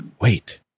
wait